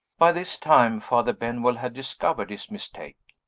by this time father benwell had discovered his mistake.